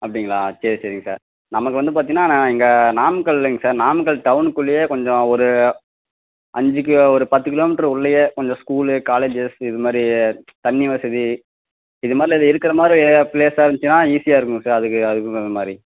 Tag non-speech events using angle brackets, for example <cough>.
அப்படிங்களா சரி சரிங்க சார் நமக்கு வந்து பார்த்தீங்கன்னா நான் இங்கே நாமக்கல்லைங்க சார் நாமக்கல் டவுனுக்குள்ளேயே கொஞ்சம் ஒரு அஞ்சு கி ஒரு பத்து கிலோமீட்டரு உள்ளேயே கொஞ்சம் ஸ்கூலு காலேஜஸ் இது மாதிரி தண்ணி வசதி இது மாதிரில்லாம் இது இருக்கிற மாதிரி ப்ளேஸாக இருந்துச்சுன்னால் ஈஸியாக இருக்கும் சார் அதுக்கு அதுக்கு <unintelligible> மாதிரி